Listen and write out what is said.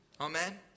Amen